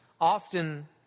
often